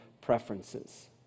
preferences